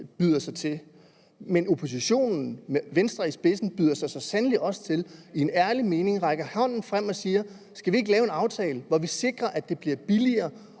men oppositionen med Venstre i spidsen byder sig så sandelig også til i en ærlig mening, rækker hånden frem og siger: Skal vi ikke lave en aftale, hvor vi sikrer, at det bliver billigere